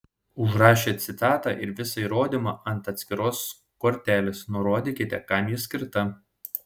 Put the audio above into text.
užrašę citatą ir visą įrodymą ant atskiros kortelės nurodykite kam ji skirta